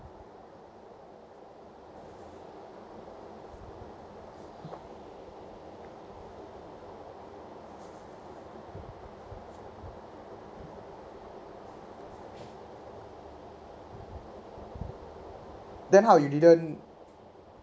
then how you didn't